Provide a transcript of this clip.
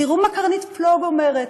תראו מה קרנית פלוג אומרת: